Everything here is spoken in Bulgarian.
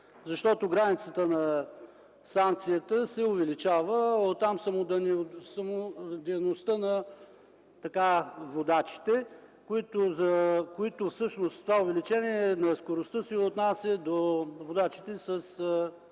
защото границата на санкцията се увеличава, а оттам и самонадеяността на водачите. Всъщност това увеличение на скоростта се отнася до водачите с